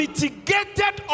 Mitigated